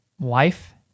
wife